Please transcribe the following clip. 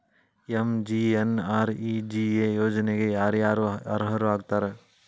MGNREGA ಯೋಜನೆಗೆ ಯಾರ ಯಾರು ಅರ್ಹರು ಆಗ್ತಾರ?